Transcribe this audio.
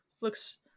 looks